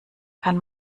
kann